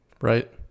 Right